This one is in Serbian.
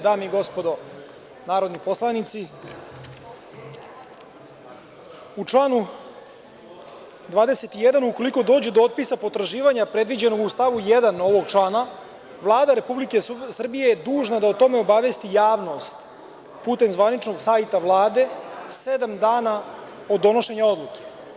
Dame i gospodo narodni poslanici, u članu 21. ukoliko dođe do otpisa potraživanja predviđenim u stavu 1. ovog člana, Vlada Republike Srbije je dužna da o tome obavesti javnost putem zvaničnog sajta Vlade, sedam dana od donošenja odluke.